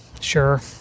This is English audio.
Sure